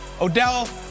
Odell